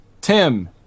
Tim